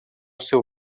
seu